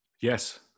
Yes